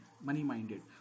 money-minded